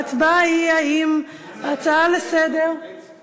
ההצבעה היא אם ההצעה לסדר-היום,